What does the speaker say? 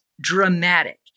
dramatic